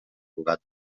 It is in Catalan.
cugat